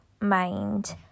mind